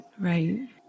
Right